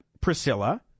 Priscilla